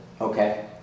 Okay